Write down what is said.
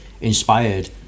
inspired